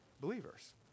believers